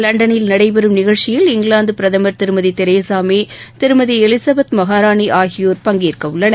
லண்டனில் நடைபெறும் நிகழ்ச்சியில் இங்கிவாந்த பிரதமர் திருமதி தெரசா மே திருமதி எலிசபெத் மகாராணி ஆகியோர் பங்கேற்க உள்ளனர்